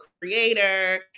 creator